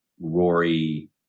Rory